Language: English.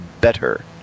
better